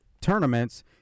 tournaments